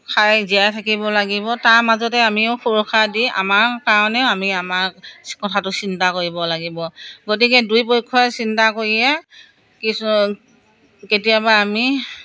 খাই জীয়াই থাকিব লাগিব তাৰ মাজতে আমিও সুৰক্ষা দি আমাৰ কাৰণেও আমি আমাৰ কথাটো চিন্তা কৰিব লাগিব গতিকে দুই পক্ষই চিন্তা কৰিয়ে কিছু কেতিয়াবা আমি